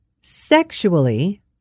sexually